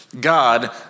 God